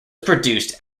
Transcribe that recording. produced